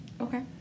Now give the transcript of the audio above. Okay